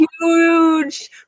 huge